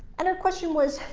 and her question was,